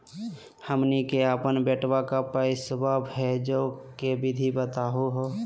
हमनी के अपन बेटवा क पैसवा भेजै के विधि बताहु हो?